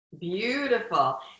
Beautiful